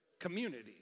community